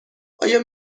آیا